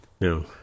no